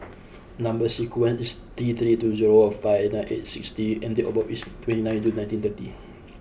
number sequence is T three two zero five nine eight six T and date of birth is twenty ninth June nineteen thirty